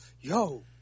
Yo